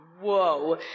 whoa